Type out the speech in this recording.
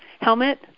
helmet